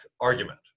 argument